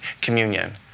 communion